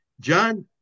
John